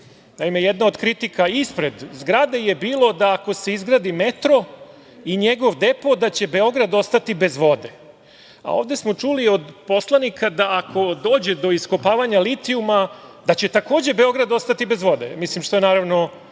jedna od kritika ispred zgrade je bilo da ako se izgradi Metro i njegov depo da će Beograd ostati bez vode. Ovde smo čuli od poslanika da ako dođe do iskopavanja litijuma da će, takođe Beograd ostati bez vode, što je naravno